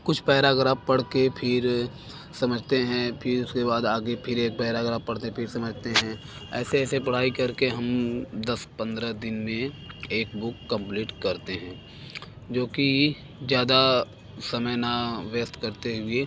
कुछ पैराग्राफ पढ़ के फिर समझते हैं फिर उसके बाद आगे फिर एक पैराग्राफ़ पढ़ते फिर समझते हैं ऐसे ऐसे पढ़ाई कर के हम दस पंद्रह दिन में एक बुक कम्प्लीट करते हैं जो कि ज़्यादा समय ना व्यस्त करते हुए